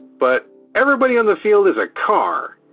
but everybody on the field is a car.